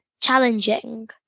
challenging